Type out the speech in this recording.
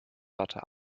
watte